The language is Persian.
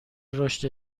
رشد